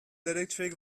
electric